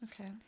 Okay